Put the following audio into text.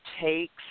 takes